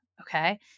Okay